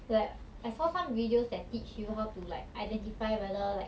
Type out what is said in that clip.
like I saw some videos that teach you how to like identify whether like